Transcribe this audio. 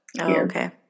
Okay